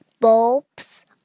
bulbs